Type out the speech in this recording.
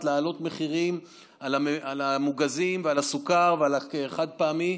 להעלות מחירים של המוגזים ושל הסוכר ושל החד-פעמי,